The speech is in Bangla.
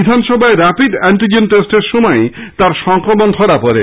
বিধানসভায় র্যাপিড অ্যান্টিজেন টেস্টে তাঁর সংক্রমণ ধরা পড়ে